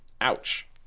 ouch